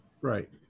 right